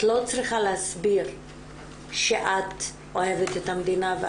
לא צריכה להסביר שאת אוהבת את המדינה.